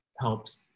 helps